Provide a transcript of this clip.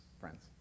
friends